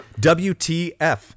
WTF